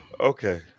okay